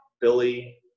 Billy